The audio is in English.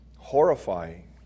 horrifying